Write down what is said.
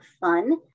fun